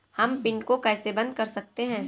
हम पिन को कैसे बंद कर सकते हैं?